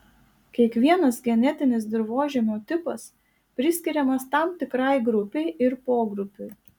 kiekvienas genetinis dirvožemio tipas priskiriamas tam tikrai grupei ir pogrupiui